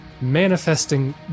manifesting